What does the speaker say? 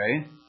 Okay